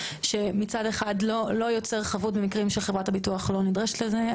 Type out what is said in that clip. שמצד אחד לא יוצר חבות במקרים שחברת הביטוח לא נדרשת לזה,